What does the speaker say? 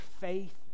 faith